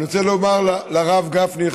אני רוצה לומר לרב גפני,